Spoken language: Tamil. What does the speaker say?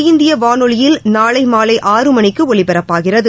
பிரதமர் இந்தியவானொலியில் நாளைமாலை ஆறு மணிக்குஒலிபரப்பாகிறது